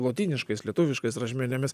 lotyniškais lietuviškais rašmenimis